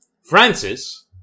Francis